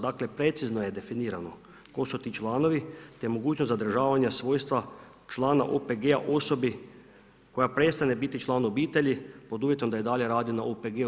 Dakle, precizno je definirano tko su ti članovi, te mogućnost zadržavanja svojstva člana OPG-a osobi koja prestane biti član obitelji pod uvjetom da i dalje radi na OPG-u.